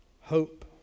Hope